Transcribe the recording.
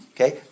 okay